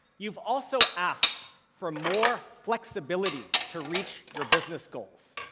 you've also asked for more flexibility to reach your business goals.